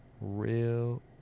real